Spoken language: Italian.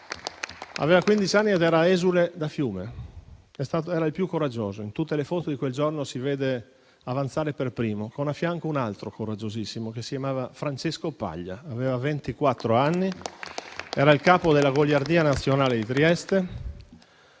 quindici anni ed era esule da Fiume. Era il più coraggioso: in tutte le foto di quel giorno lo si vede avanzare per primo, con a fianco un altro coraggiosissimo, che si chiamava Francesco Paglia, aveva ventiquattro anni ed era il capo della Goliardia nazionale di Trieste.